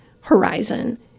horizon